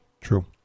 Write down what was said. True